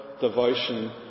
devotion